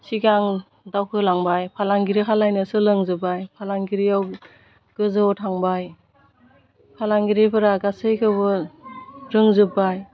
सिगां दावखोलांबाय फालांगिरि खालायनो सोलोंजोबबाय फालांगिरियाव गोजौवाव थांबाय फालांगिरिफोरा गासैखौबो रोंजोबबाय